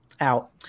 out